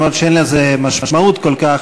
אף שאין לזה משמעות כל כך,